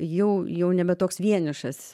jau jau nebe toks vienišas